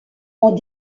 ont